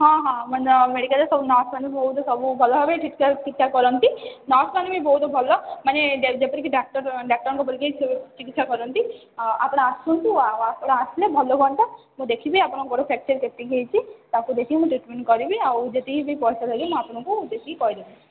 ହଁ ହଁ ମାନେ ମେଡ଼ିକାଲରେ ସବୁ ନର୍ସମାନେ ବହୁତ ସବୁ ଭଲ ଭାବେ ଠିକଠାକ ଠିକଠାକ କରନ୍ତି ନର୍ସମାନେ ବି ବହୁତ ଭଲ ମାନେ ଯେ ଯେପରିକି ଡାକ୍ତର ଡାକ୍ତରଙ୍କ ପରିକା ସେ ଚିକିତ୍ସା କରନ୍ତି ଆ ଆପଣ ଆସନ୍ତୁ ଆଉ ଆପଣ ଆସିଲେ ଭଲ ହୁଅନ୍ତା ମୁଁ ଦେଖିବି ଆପଣଙ୍କ ଗୋଡ଼ ଫ୍ୟାକଚର କେତିକି ହେଇଛି ତାକୁ ଦେଖିକି ମୁଁ ଟ୍ରିଟମେଣ୍ଟ କରିବି ଆଉ ଯେତିକି ବି ପଇସା ଲାଗିବ ମୁଁ ଆପଣଙ୍କୁ ଦେଖିକି କହିଦେବି